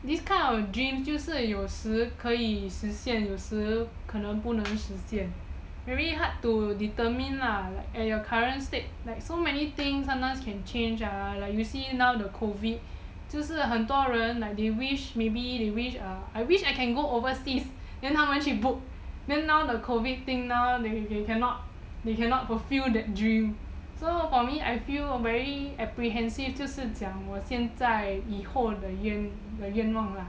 these kind of dreams 就是有时可以实现有时可能不能实现 very hard to determine lah at your current state like so many things sometimes can change ah like you see now the COVID 就是很多人 like they wish maybe they wish uh I wish I can go overseas then 他们去 book then now the COVID thing now they cannot fulfill that dream so for me I feel very apprehensive 讲我现在以后的愿望 lah